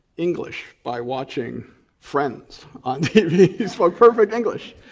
english by watching friends on tv, so perfect english,